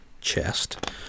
chest